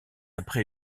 après